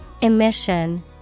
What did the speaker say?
Emission